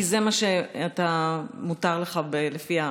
כי זה מה מותר לך לפי הפרוטוקול.